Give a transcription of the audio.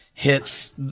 Hits